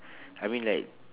I mean like